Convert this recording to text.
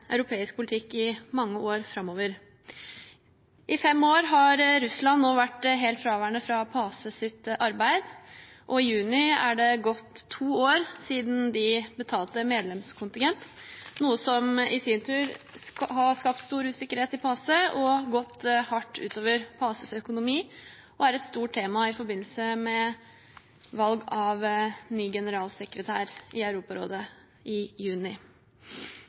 europeisk politikk i mange år framover. I fem år nå har Russland vært helt fraværende fra PACEs arbeid. I juni er det gått to år siden de betalte medlemskontingent, noe som i sin tur har skapt stor usikkerhet i PACE. Det har gått hardt ut over PACEs økonomi og er et stort tema i forbindelse med valg av ny generalsekretær i Europarådet i juni.